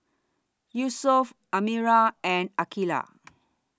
Yusuf Amirah and Aqilah